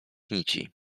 nici